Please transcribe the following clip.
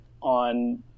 on